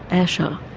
asha.